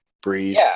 breathe